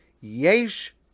Yesh